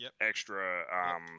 extra